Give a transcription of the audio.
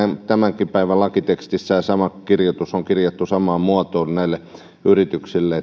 tämänkin päivän lakitekstissä ja sama kirjoitus on kirjattu samaan muotoon näille yrityksille